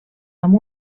amb